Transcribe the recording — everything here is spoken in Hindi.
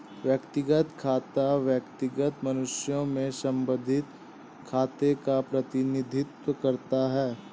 व्यक्तिगत खाता व्यक्तिगत मनुष्यों से संबंधित खातों का प्रतिनिधित्व करता है